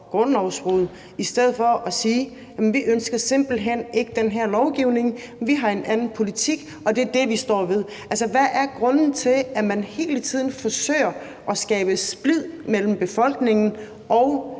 grundlovsbrud i stedet for at sige: Vi ønsker simpelt hen ikke den her lovgivning. Vi har en anden politik, og det er det, vi står ved. Altså, hvad er grunden til, at man hele tiden forsøger at skabe splid mellem befolkningen og